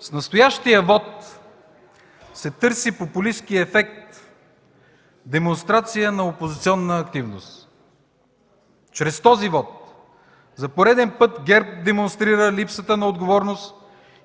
С настоящия вот се търси популисткият ефект, демонстрация на опозиционна активност. Чрез него ГЕРБ за пореден път демонстрира липсата на отговорност